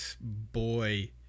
boy